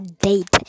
date